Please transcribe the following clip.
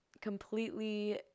completely